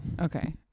Okay